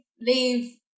leave